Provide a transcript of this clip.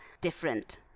different